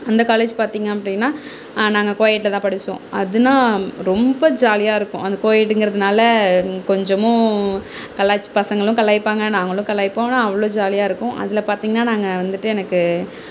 அந்த காலேஜ் பார்த்திங்க அப்படின்னா நாங்கள் கோஎட்டில் தான் படிச்சோம் அதுனா ரொம்ப ஜாலியாக இருக்கும் அந்த கோஎட்டுங்கிறதுனால கொஞ்சமும் கலாய்ச்சி பசங்களும் கலாய்ப்பாங்க நாங்களும் கலாய்ப்போம் ஆனால் அவ்வளோ ஜாலியாக இருக்கும் அதில் பார்த்திங்கன்னா நாங்கள் வந்துட்டு எனக்கு